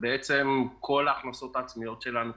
בעצם כל ההכנסות העצמיות שלנו נעצרו.